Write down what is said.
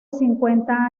cincuenta